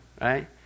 Right